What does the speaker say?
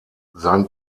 sein